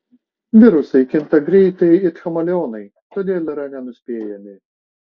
virusai kinta greitai it chameleonai todėl yra nenuspėjami